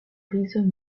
rhizome